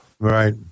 Right